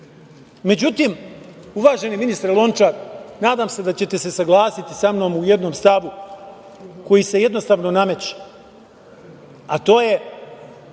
jesu.Međutim, uvaženi ministre Lončar, nadam se da ćete se saglasiti sa mnom u jednom stavu koji se jednostavno nameće, a to je